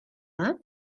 dda